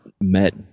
met